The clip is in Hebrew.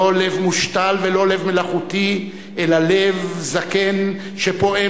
לא לב מושתל ולא לב מלאכותי/ אלא לב זקן שפועם